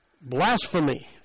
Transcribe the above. Blasphemy